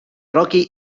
rocky